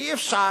אי-אפשר